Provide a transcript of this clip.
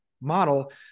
model